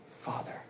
Father